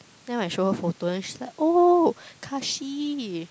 then when I show her photo then she's like oh Kahshee